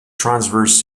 transverse